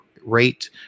Rate